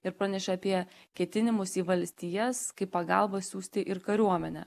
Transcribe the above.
ir pranešė apie ketinimus į valstijas kaip pagalbą siųsti ir kariuomenę